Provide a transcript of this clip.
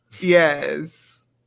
Yes